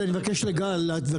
אני חייב להבהיר,